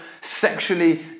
sexually